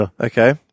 Okay